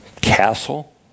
castle